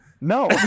no